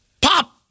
Pop